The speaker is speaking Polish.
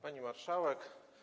Pani Marszałek!